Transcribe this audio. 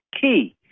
key